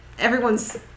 everyone's